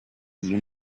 you